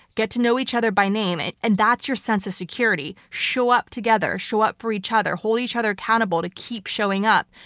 get to know each other by name, and and that's your sense of security. show up together. show up for each other. hold each other accountable to keep showing up.